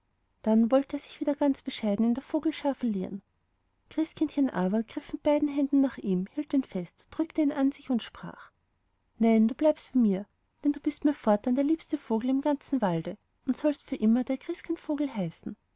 dann wollte er sich wieder ganz bescheiden in der vögelschar verlieren christkindchen aber griff mit beiden händen nach ihm hielt ihn fest drückte ihn an sich und sprach nein du bleibst bei mir denn du bist mir fortan der liebste vogel im ganzen walde und sollst für immer der christkindvogel heißen